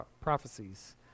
prophecies